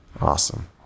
Awesome